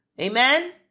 Amen